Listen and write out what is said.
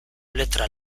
letra